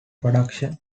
production